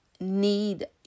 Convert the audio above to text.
need